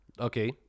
Okay